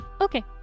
Okay